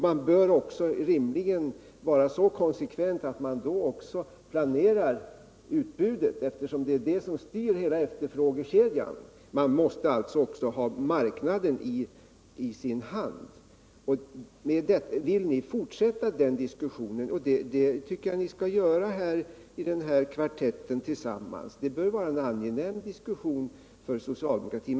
Man bör också rimligen vara så konsekvent att man då planerar utbudet eftersom det är det som styr hela efterfrågekedjan. Man måste alltså ha marknaden i sin hand. Vill ni fortsätta den diskussionen så tycker jag ni skall göra det i den här kvartetten tillsammans — det bör vara en angenäm diskussion för socialdemokratin.